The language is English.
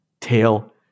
tail